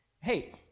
Hey